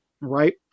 right